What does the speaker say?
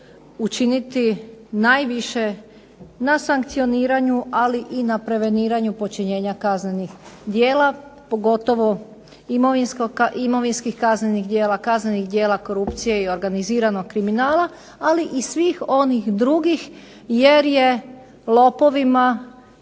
učiniti najviše na sankcioniranju, ali i na preveniranju počinjenja kaznenih djela, pogotovo imovinskih kaznenih djela, kaznenih djela korupcije i organiziranog kriminala, ali i svih onih drugih jer je lopovima